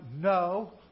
no